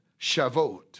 Shavuot